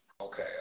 okay